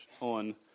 on